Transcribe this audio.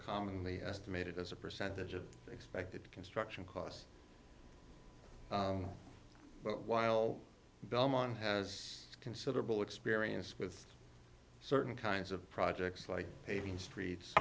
commonly estimated as a percentage of the expected construction costs but while belmont has considerable experience with certain kinds of projects like paving streets